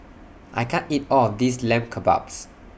I can't eat All of This Lamb Kebabs